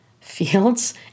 fields